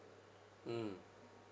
mm